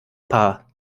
paar